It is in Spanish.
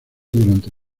durante